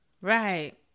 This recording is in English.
Right